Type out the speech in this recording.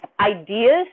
ideas